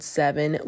seven